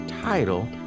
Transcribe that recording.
title